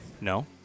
No